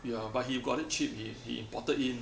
ya but he got it cheap he imported in